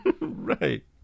Right